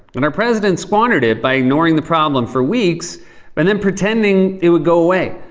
and our president squandered it by ignoring the problem for weeks and then pretending it would go away.